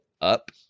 up